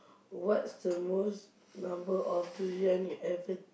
what's the most number of durian you ever